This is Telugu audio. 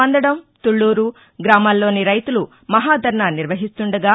మందడం తుళ్ళూరు గ్రామాల్లోని రైతులు మహాధర్నా నిర్వహిస్తుండగా